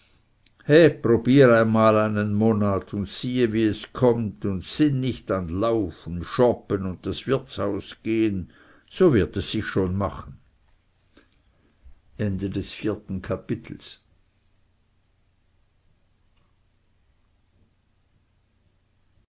he probiere einmal einen monat und siehe wie es kommt und sinn nicht an laufen schoppen und das wirtshausgehen so wird es sich schon machen